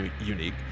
unique